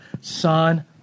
Son